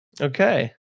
Okay